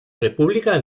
república